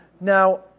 Now